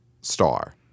star